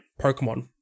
Pokemon